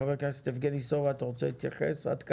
חבר הכנסת יבגני סובה, אתה רוצה להתייחס עד כאן?